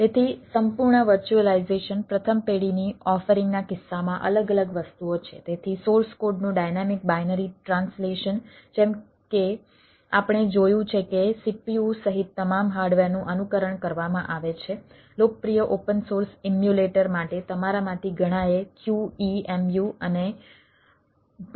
તેથી સંપૂર્ણ વર્ચ્યુઅલાઇઝેશન પ્રથમ પેઢીની ઓફરિંગ જોયા હશે